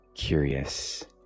curious